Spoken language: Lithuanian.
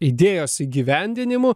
idėjos įgyvendinimu